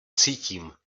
cítím